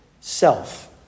self